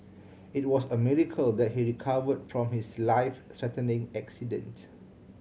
it was a miracle that he recovered from his life threatening accident